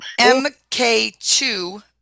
MK2